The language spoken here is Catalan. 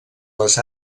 les